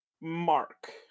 Mark